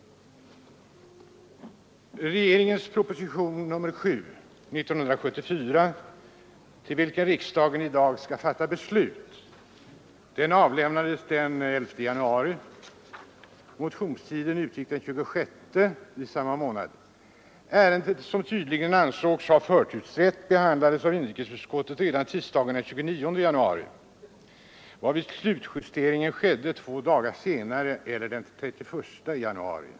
Regeringens proposition 1974:7, om vilken riksdagen i dag skall fatta beslut, avlämnades den 11 januari. Motionstiden utgick den 26 i samma månad. Ärendet, som tydligen ansågs ha förtursrätt, behandlades av inrikesutskottet redan tisdagen den 29 januari, och slutjusteringen skedde två dagar senare, den 31 januari.